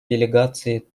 делегации